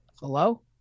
Hello